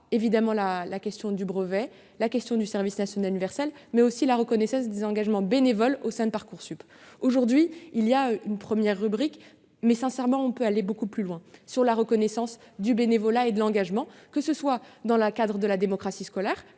qui pose la question du brevet, du service national universel et de la reconnaissance des engagements bénévoles dans Parcoursup. Aujourd'hui, il existe une première rubrique, mais sincèrement nous pouvons aller beaucoup plus loin en termes de reconnaissance du bénévolat et de l'engagement, que ce soit dans le cadre de la démocratie scolaire-